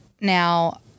now